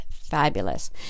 fabulous